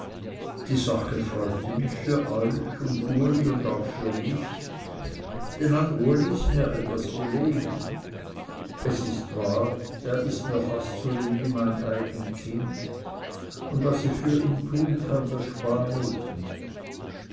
die sache freut mich für euch und uli und auch für mich denn an uli ist mir etwas gelegen es ist wahr er ist mir fast so lieb wie mein eigen kind und was ich für ihn tun kann das spare ich nicht